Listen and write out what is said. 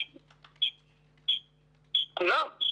כולם.